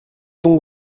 donc